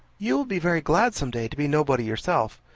you will be very glad some day to be nobody yourself.